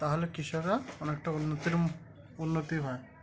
তাহলে কৃষকরা অনেকটা উন্নতির উন্নতি হয়